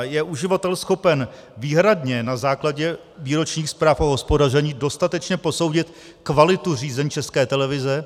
Je uživatel schopen výhradně na základě výročních zpráv o hospodaření dostatečně posoudit kvalitu řízení České televize?